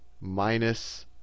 minus